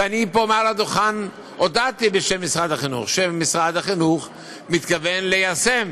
ואני פה על הדוכן הודעתי בשם משרד החינוך שמשרד החינוך מתכוון ליישם